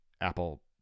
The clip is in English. Apple